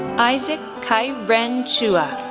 isaac khai ren chua,